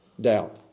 doubt